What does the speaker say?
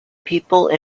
people